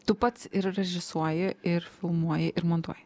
tu pats ir režisuoji ir filmuoji ir montuoji